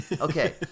Okay